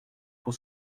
pour